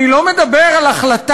אני לא מדבר על החלטה,